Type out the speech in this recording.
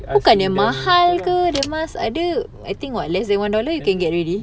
I see them tu lah that time